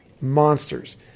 Monsters